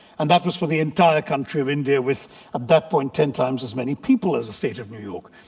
and that was for the entire country of india with at that point ten times as many people as state of new york.